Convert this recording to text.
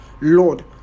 lord